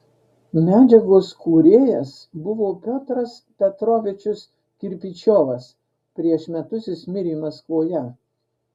medžiagos kūrėjas buvo piotras petrovičius kirpičiovas prieš metus jis mirė maskvoje